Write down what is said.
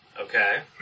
Okay